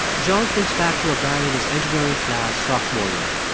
john thinks back to a guy in his engineering class sophomore year.